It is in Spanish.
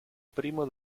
primo